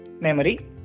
memory